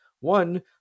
One